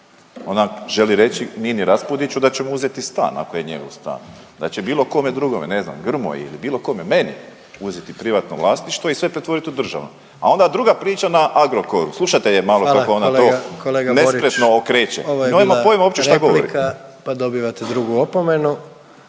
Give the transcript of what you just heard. Ona želi reći Nini Raspudiću da će mu uzeti stan, ako je njegov stan. Da će bilo kome drugome, ne znam Grmoji, ili bilo kome, meni, uzeti privatno vlasništvo i sve pretvorit u državno. A onda druga priča na Agrokoru. Slušate je malo kako …/Upadica predsjednik: Hvala kolega, kolega Borić./… ona to nespretno okreće. Nema pojma uopće